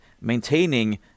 maintaining